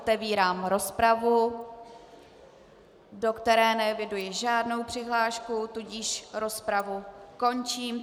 Otevírám rozpravu, do které neeviduji žádnou přihlášku, tudíž rozpravu končím.